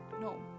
No